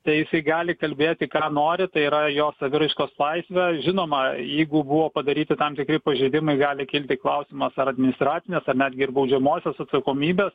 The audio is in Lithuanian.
tai jisai gali kalbėti ką nori tai yra jo saviraiškos laisvė žinoma jeigu buvo padaryti tam tikri pažeidimai gali kilti klausimas ar administracinės ar netgi ir baudžiamosios atsakomybės